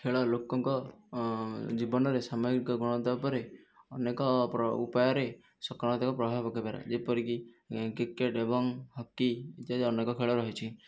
ଖେଳ ଲୋକଙ୍କ ଜୀବନରେ ସାମୋହିକ ଗୁଣ ଦେବା ପରେ ଅନେକ ଉପାୟରେ ସକଳତାର ପ୍ରଭାବ ପକାଇ ପାରେ ଯେପରି କି କ୍ରିକେଟ୍ ଏବଂ ହକି ଇତ୍ୟାଦି ଅନେକ ଖେଳ ରହିଛି